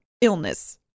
illness